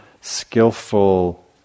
skillful